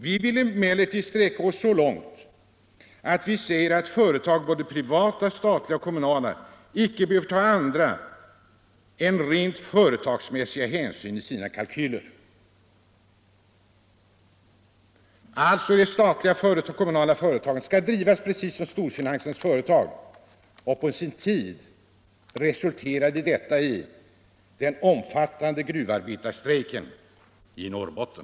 Vi vill emellertid sträcka oss så långt att vi säger att företag — både privata, statliga och kommunala — icke bör ta andra än rent företagsmässiga hänsyn i sina kalkyler.” Statliga och kommunala företag skulle alltså drivas precis som storfinansens företag, och på sin tid resulterade detta i den omfattande gruvarbetarstrejken i Norrbotten.